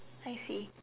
I see